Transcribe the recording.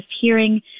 hearing